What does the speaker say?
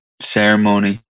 ceremony